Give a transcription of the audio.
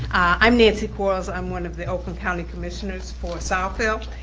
i'm nancy quarles, i'm one of the oakland county commissioners for southfield,